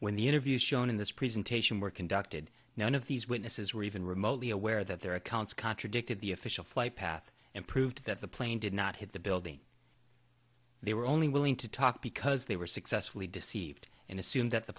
when the interviews shown in this presentation were conducted nine of these witnesses were even remotely aware that their accounts contradicted the official flight path and proved that the plane did not hit the building they were only willing to talk because they were successfully deceived and assume that the